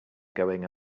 going